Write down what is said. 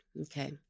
Okay